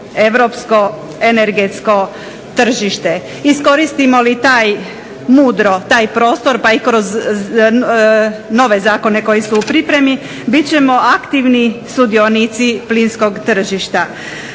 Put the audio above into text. europsko energetsko tržište. Iskoristimo li taj, mudro taj prostor pa i kroz nove zakone koji su u pripremi bit ćemo aktivni sudionici plinskog tržišta.